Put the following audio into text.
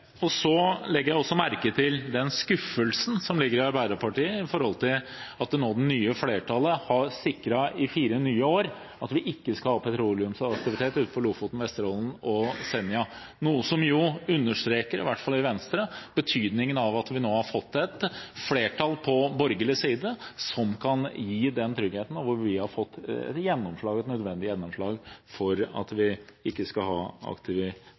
fast. Så legger jeg også merke til skuffelsen i Arbeiderpartiet for at det nye flertallet i fire nye år har sikret at vi ikke skal ha petroleumsaktivitet utenfor Lofoten, Vesterålen og Senja, noe som understreker, i hvert fall i Venstre, betydningen av at vi nå har fått et flertall på borgerlig side, som kan gi den tryggheten, og hvor vi har fått et nødvendig gjennomslag for at vi ikke skal ha